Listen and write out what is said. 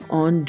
on